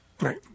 right